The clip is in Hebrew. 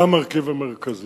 זה המרכיב המרכזי.